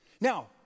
Now